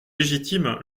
légitime